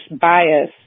bias